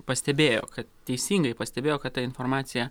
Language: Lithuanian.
pastebėjo kad teisingai pastebėjo kad ta informacija